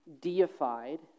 deified